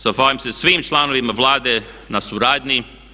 Zahvaljujem se svim članovima Vlade na suradnji.